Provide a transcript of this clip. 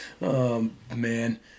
man